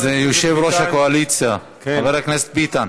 זה יושב-ראש הקואליציה, חבר הכנסת ביטן.